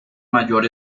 mayor